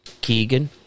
Keegan